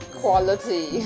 quality